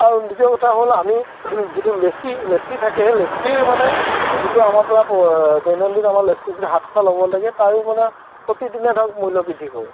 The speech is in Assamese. আৰু দ্বিতীয় কথা হ'ল আমি যিটো লেছি লেছি থাকে সেই লেছিৰ মানে যিটো আমাৰ পৰা দৈনন্দিন আমাৰ লেছি যিটো হাত খোৱা ল'ব লাগে তাৰো মানে প্ৰতিদিনে ধৰক মূল্য বৃদ্ধি কৰে